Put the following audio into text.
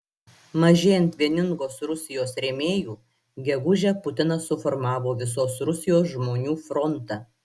mažėjant vieningos rusijos rėmėjų gegužę putinas suformavo visos rusijos žmonių frontą